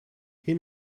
hin